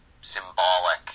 symbolic